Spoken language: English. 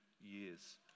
years